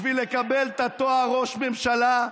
בשביל לקבל את התואר ראש ממשלה?